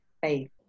faith